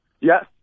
Yes